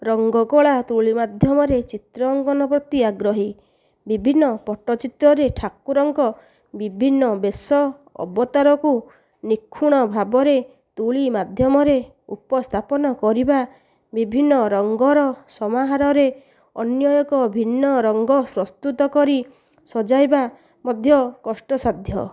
ରଙ୍ଗକଳା ତୂଳି ମାଧ୍ୟମରେ ଚିତ୍ର ଅଙ୍କନ ପ୍ରତି ଆଗ୍ରହୀ ବିଭିନ୍ନ ପଟ୍ଟଚିତ୍ରରେ ଠାକୁରଙ୍କ ବିଭିନ୍ନ ବେଶ ଅବତାରକୁ ନିଖୁଣ ଭାବରେ ତୂଳି ମାଧ୍ୟମରେ ଉପସ୍ଥାପନ କରିବା ବିଭିନ୍ନ ରଙ୍ଗର ସମାହାରରେ ଅନ୍ୟ ଏକ ଭିନ୍ନ ରଙ୍ଗ ପ୍ରସ୍ତୁତ କରି ସଜାଇବା ମଧ୍ୟ କଷ୍ଟସାଧ୍ୟ